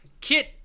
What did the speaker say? Kit